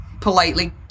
politely